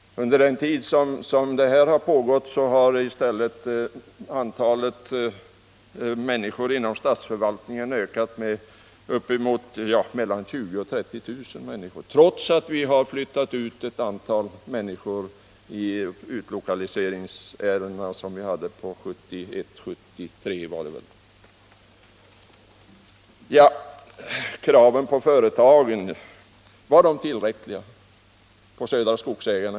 Men samtidigt som vi genom utlokaliseringsbesluten under åren 1971-1973 flyttade ut ett relativt stort antal statligt anställda i Stockholm har nämligen antalet anställda inom statsförvaltningen ökat med uppemot 20 000-30 000 fram till nu. Sedan kan man undra om kraven på företagen verkligen varit tillräckliga. Ta exempelvis Södra Skogsägarna!